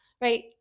right